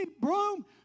broom